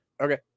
Okay